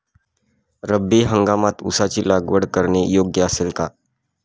रब्बी हंगामात ऊसाची लागवड करणे योग्य असेल का?